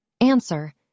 answer